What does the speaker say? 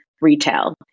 retail